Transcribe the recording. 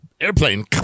airplane